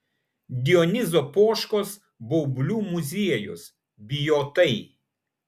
dionizo poškos baublių muziejus bijotai